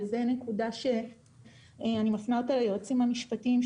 וזו נקודה שאני מפנה אותה ליועצים המשפטיים,